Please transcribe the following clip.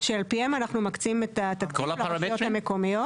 שעל פיהם אנחנו מקצים את התקציב לרשויות המקומיות.